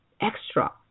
extra